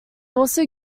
also